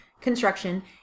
construction